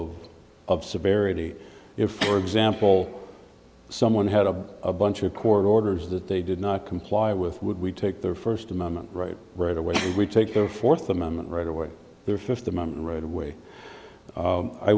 if for example someone had a bunch of court orders that they did not comply with would we take their first amendment rights right away we take the fourth amendment right away their fifth amendment right away